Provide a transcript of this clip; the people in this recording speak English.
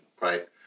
right